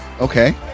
Okay